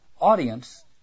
audience